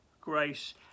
grace